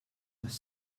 tas